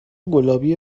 گلابی